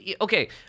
okay